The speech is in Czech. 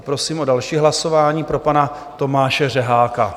Prosím o další hlasování pro pana Tomáše Řeháka.